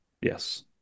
Yes